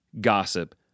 gossip